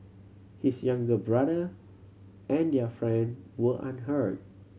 his younger brother and their friend were unhurt